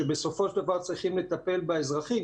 שבסופו של דבר צריכים לטפל באזרחים.